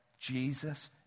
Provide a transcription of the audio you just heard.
Jesus